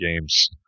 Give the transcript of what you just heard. games